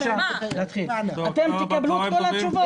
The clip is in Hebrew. אתם תקבלו את התשובות.